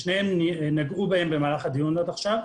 בשניהם נגעו במהלך הדיון עד עכשיו: